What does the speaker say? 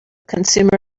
consumer